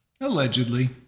Allegedly